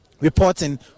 reporting